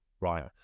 right